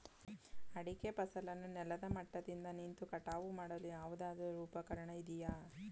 ಅಡಿಕೆ ಫಸಲನ್ನು ನೆಲದ ಮಟ್ಟದಿಂದ ನಿಂತು ಕಟಾವು ಮಾಡಲು ಯಾವುದಾದರು ಉಪಕರಣ ಇದೆಯಾ?